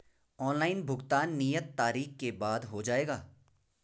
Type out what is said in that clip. Online भुगतान नियत तारीख के बाद हो जाएगा?